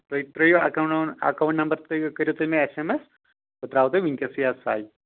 تُہۍ ترٛٲوِو account number account number تھٲوِو کٔرتھ تُہۍ مےٚ ایس ایم ایس بہٕ ترٛاوو تۄہہِ ؤنکیٚسٕے حظ سَے